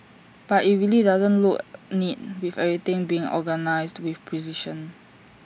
but IT really doesn't look neat with everything being organised with precision